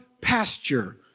pasture